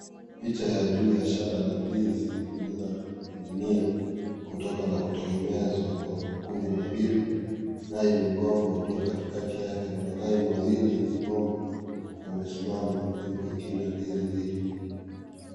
Picha ya juu ya shada la ndizi linaninginia kutoka na kutegemezwa kwa makuni mawili nayo migomba uliyo katikati yake na matawi mawili ya mgomba umesimama ili kuikinga ndizi ile .